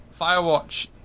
Firewatch